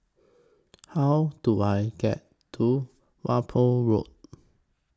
How Do I get to Whampoa Road